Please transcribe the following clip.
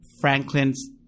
Franklin's